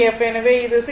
எனவே இது 1